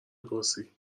پرسی